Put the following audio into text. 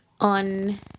on